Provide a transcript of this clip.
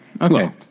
Okay